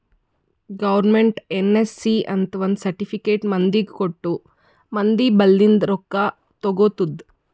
government NSC ಅಂತ್ ಒಂದ್ certificate ಮಂದಿಗ ಕೊಟ್ಟು ಮಂದಿ ಬಲ್ಲಿಂದ್ ರೊಕ್ಕಾ ತಗೊತ್ತುದ್